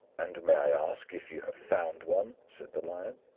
and may i ask if you have found one? said the lion.